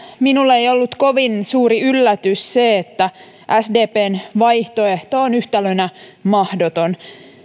minulle ei ollut kovin suuri yllätys se että sdpn vaihtoehto on yhtälönä mahdoton